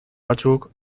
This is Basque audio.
batzuk